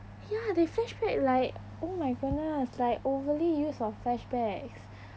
ya they flashback like oh my goodness like overly use of flashbacks